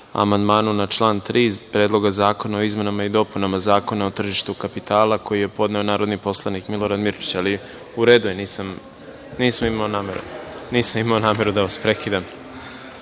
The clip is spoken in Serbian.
amandmanu na član 3. Predloga zakona o izmenama i dopunama Zakona o tržištu kapitala, koji je podneo narodni poslanik Milorad Mirčić. Ali, u redu je. Nisam imao nameru da vas prekidam. Na